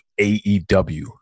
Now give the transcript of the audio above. AEW